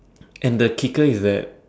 and the kicker is that